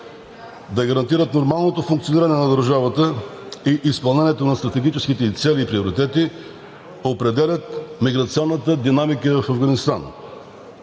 да гарантира нормалното функциониране на държавата и изпълнението на стратегическите ѝ цели и приоритети определят миграционната динамика в Афганистан.